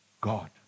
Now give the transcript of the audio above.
God